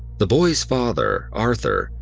the boy's father, arthur,